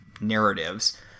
narratives